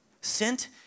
sent